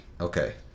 Okay